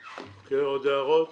כן, עוד הערות?